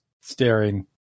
staring